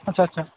আচ্ছা আচ্ছা